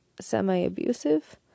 semi-abusive